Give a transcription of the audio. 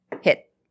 Hit